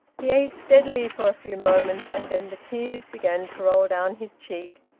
he ate steadily for a few moments, and then the tears began to roll down his cheek,